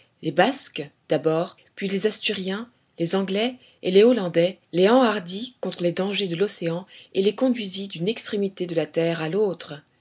les basques d'abord puis les asturiens les anglais et les hollandais les enhardit contre les dangers de l'océan et les conduisit d'une extrémité de la terre à l'autre